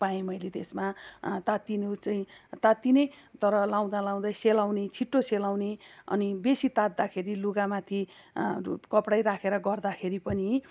पाएँ मैले त्यसमा तात्तिनु चाहिँ तात्तिने तर लाउँदा लाउँदै सेलाउने छिट्टो सेलाउने अनि बेसी तात्दाखेरि लुगामाथि कपडै राखेर गर्दाखेरि पनि